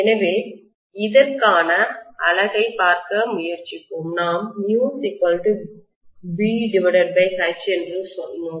எனவே இதற்கான அலகை பார்க்க முயற்சிப்போம் நாம் BH என்று சொன்னோம்